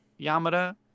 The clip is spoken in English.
Yamada